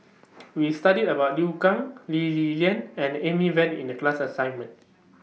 We studied about Liu Kang Lee Li Lian and Amy Van in The class assignment